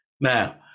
Now